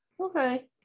Okay